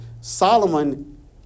Solomon